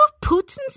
Putin's